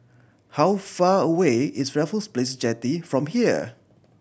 how far away is Raffles Place Jetty from here